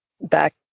Back